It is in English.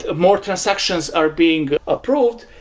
ah more transactions are being approved.